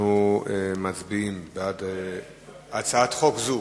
אנחנו מצביעים על הצעת חוק זו